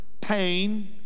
pain